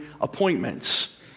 appointments